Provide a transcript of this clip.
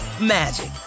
magic